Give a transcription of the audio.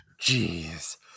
Jeez